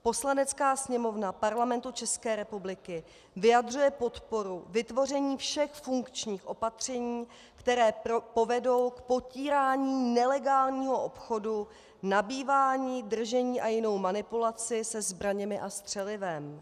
Poslanecká sněmovna Parlamentu České republiky vyjadřuje podporu vytvoření všech funkčních opatření, která povedou k potírání nelegálního obchodu, nabývání, držení a jinou manipulaci se zbraněmi a střelivem.